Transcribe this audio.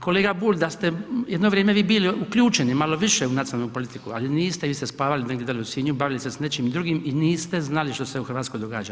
Kolega Bulj, da ste jedno vrijeme vi bili uključeni malo više u nacionalnu politiku, ali niste, vi ste spavali negdje dolje u Sinju, bavili se s nečim drugim i niste znali što se u Hrvatskoj događa.